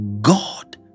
God